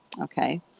okay